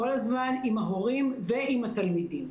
כל הזמן עם ההורים ועם התלמידים.